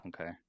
Okay